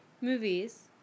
movies